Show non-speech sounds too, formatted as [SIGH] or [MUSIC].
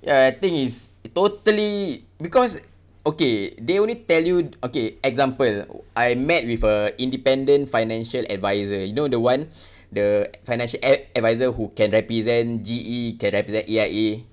ya I think it's totally because okay they only tell you okay example I met with a independent financial advisor you know the one [BREATH] the financial ad~ advisor who can represent G_E can represent A_I_A